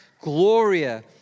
Gloria